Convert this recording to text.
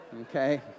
okay